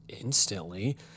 instantly